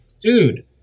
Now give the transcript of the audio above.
Dude